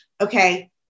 okay